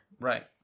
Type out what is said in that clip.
Right